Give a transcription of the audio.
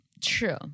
True